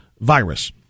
virus